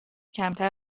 کمتر